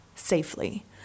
safely